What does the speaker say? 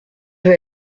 veut